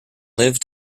live